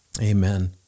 Amen